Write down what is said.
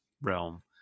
realm